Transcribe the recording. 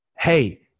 Hey